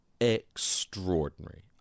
extraordinary